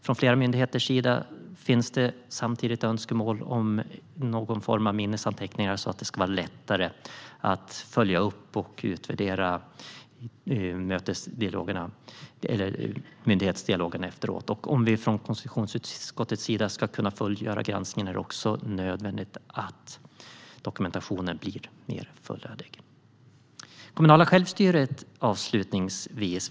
Flera myndigheter önskar samtidigt någon form av minnesanteckningar, så att det ska vara lättare att följa upp och utvärdera myndighetsdialogerna. Om konstitutionsutskottet ska kunna fullgöra granskningen är det också nödvändigt att dokumentationen blir mer fullödig. Avslutningsvis gäller det det kommunala självstyret.